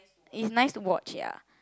it's nice to watch ya